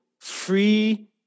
free